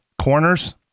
corners